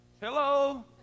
Hello